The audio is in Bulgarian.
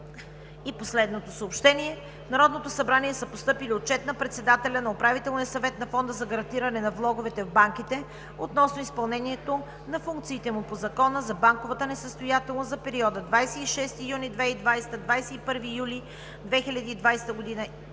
И последното съобщение: в Народното събрание са постъпили Отчет на председателя на Управителния съвет на Фонда за гарантиране на влоговете в банките относно изпълнението на функциите му по Закона за банковата несъстоятелност за периода 26 юни 2020 г. – 21 юли 2020 г. и